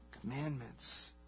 commandments